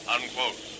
Unquote